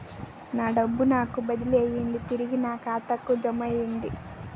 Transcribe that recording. నా డబ్బు నాకు బదిలీ అయ్యింది తిరిగి నా ఖాతాకు జమయ్యింది